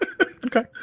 Okay